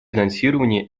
финансировании